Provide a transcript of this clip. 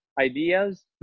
ideas